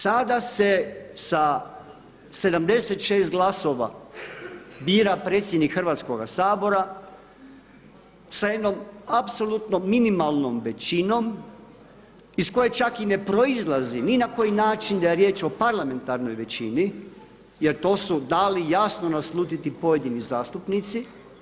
Sada se sa 76 glasova bira predsjednik Hrvatskoga sabora sa jednom apsolutnom minimalnom većinom iz koje čak i ne proizlazi ni na koji način da je riječ o parlamentarnoj većini jer to su dali jasno naslutiti pojedini zastupnici.